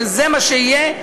שזה מה שיהיה,